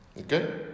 Okay